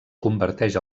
converteix